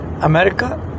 America